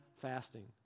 fasting